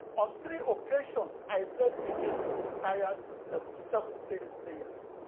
on three occasions, i played against retired level seven tennis players,